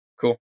cool